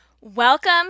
Welcome